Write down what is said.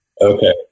Okay